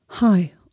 Hi